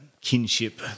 kinship